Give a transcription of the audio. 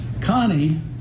Connie